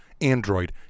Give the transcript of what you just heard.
Android